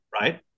right